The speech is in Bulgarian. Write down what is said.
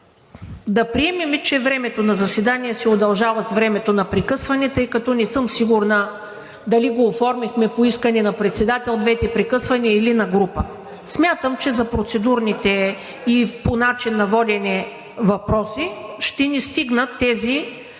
Да приемем, че времето на заседанието се удължава с времето на прекъсване, тъй като не съм сигурна, дали го оформихме по искане на председател – двете прекъсвания, или на група. Смятам, че за процедурните и по начина на водене въпроси ще ни стигнат тези